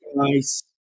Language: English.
guys